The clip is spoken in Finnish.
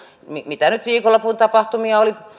mitä nyt viikonlopun tapahtumia oli